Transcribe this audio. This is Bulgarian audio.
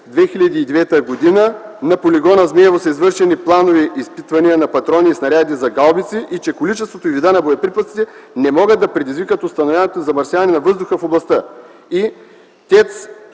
въздуха в областта; ТЕЦ